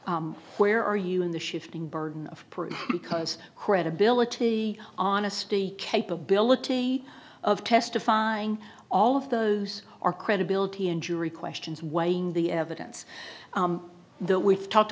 where are you in the shifting burden of proof because credibility honesty capability of testify all of those are credibility and jury questions weighing the evidence that we've talked